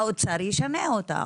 האוצר ישנה אותה,